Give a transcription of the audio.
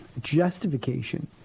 justification